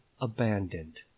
abandoned